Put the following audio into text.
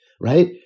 right